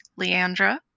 Leandra